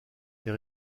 est